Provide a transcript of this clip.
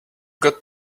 got